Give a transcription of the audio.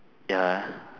ya